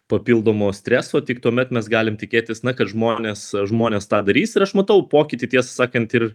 papildomo streso tik tuomet mes galim tikėtis na kad žmonės žmonės tą darys ir aš matau pokytį ties sakant ir